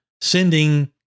sending